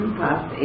past